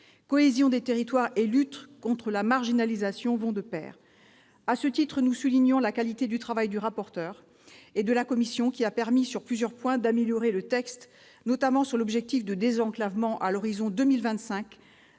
Cohésion des territoires et lutte contre la marginalisation vont de pair. À ce titre, nous soulignons la qualité du travail du rapporteur et de la commission, qui a permis d'améliorer le texte sur plusieurs points, notamment sur l'objectif de désenclavement à l'horizon 2025,